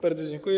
Bardzo dziękuję.